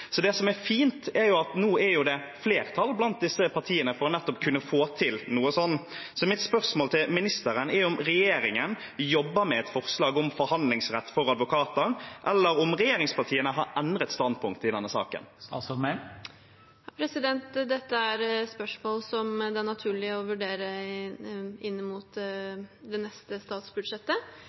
Det som er fint, er at nå er det flertall blant disse partiene for nettopp å kunne få til noe sånt. Så mitt spørsmål til ministeren er om regjeringen jobber med et forslag om forhandlingsrett for advokater, eller om regjeringspartiene har endret standpunkt i denne saken. Dette er spørsmål som det er naturlig å vurdere inn mot det neste statsbudsjettet.